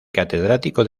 catedrático